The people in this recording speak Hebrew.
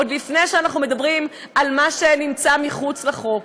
עוד לפני שאנחנו מדברים על מה שמחוץ לחוק.